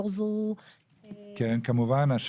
כן, כמובן.